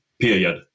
period